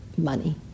Money